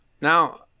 now